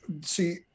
see